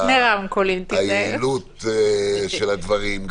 לגבי היעילות של הדברים,